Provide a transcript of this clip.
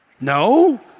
no